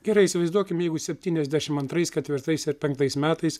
gerai įsivaizduokim jeigu septyniasdešimt antrais ketvirtais ir penktais metais